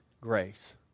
grace